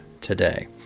today